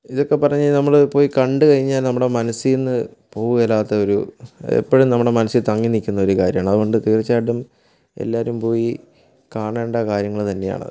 ഇതൊക്കെ പറഞ്ഞ് നമ്മൾ പോയി കണ്ട് കഴിഞ്ഞാൽ നമ്മുടെ മനസ്സിൽന്ന് പോകില്ലാത്തൊരു എപ്പോഴും നമ്മുടെ മനസ്സിൽ തങ്ങി നിൽക്കുന്ന ഒരു കാര്യമാണ് അതുകൊണ്ട് തീര്ച്ചയായിട്ടും എല്ലാവരും പോയി കാണെണ്ട കാര്യങ്ങൾ തന്നെയാണ്